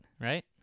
right